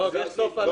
לא, גם סופה לנדבר.